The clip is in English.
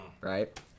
right